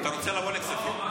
אתה רוצה לבוא לכספים?